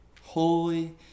holy